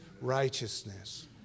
righteousness